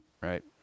Right